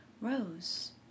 rose